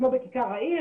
כמו בכיכר העיר,